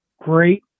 great